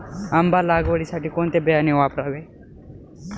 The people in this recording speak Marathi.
आंबा लागवडीसाठी कोणते बियाणे वापरावे?